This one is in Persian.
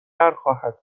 برخواهد